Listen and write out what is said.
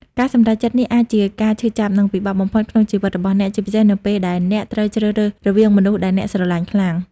ការសម្រេចចិត្តនេះអាចជាការឈឺចាប់ និងពិបាកបំផុតក្នុងជីវិតរបស់អ្នក ជាពិសេសនៅពេលដែលអ្នកត្រូវជ្រើសរើសរវាងមនុស្សដែលអ្នកស្រឡាញ់ខ្លាំង។